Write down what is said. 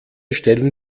stellen